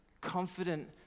confident